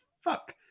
fuck